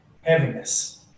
heaviness